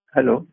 Hello